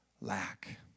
lack